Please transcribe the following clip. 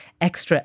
extra